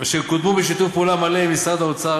אשר קודמו בשיתוף פעולה מלא עם משרד האוצר,